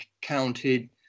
counted